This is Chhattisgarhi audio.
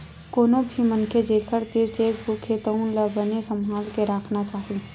कोनो भी मनखे जेखर तीर चेकबूक हे तउन ला बने सम्हाल के राखना चाही